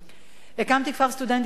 הקמתי כפר סטודנטים בעיר לוד.